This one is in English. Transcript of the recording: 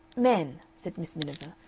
men, said miss miniver,